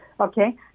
okay